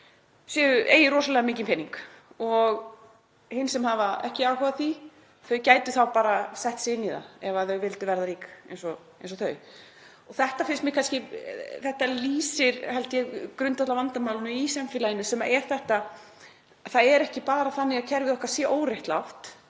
eigi rosalega mikinn pening; að þau sem hafi ekki áhuga á því gætu bara sett sig inn í það ef þau vildu verða rík eins og hin. Þetta lýsir, held ég, grundvallarvandamáli í samfélaginu sem er það að það er ekki bara þannig að kerfið okkar sé óréttlátt